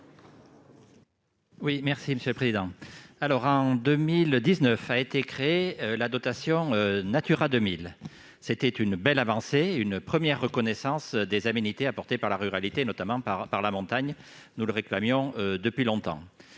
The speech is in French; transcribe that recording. à M. Bernard Delcros. En 2019 a été créée la dotation « Natura 2000 ». Cette belle avancée fut une première reconnaissance des aménités apportées par la ruralité, notamment par la montagne. Nous la réclamions depuis longtemps.